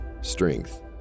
strength